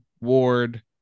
Ward